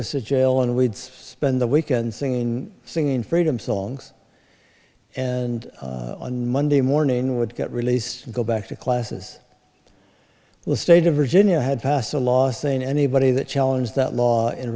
us to jail and we'd spend the weekend singing singing freedom songs and on monday morning would get released and go back to classes the state of virginia had passed a law saying anybody that challenge that law in